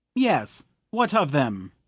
yes what of them?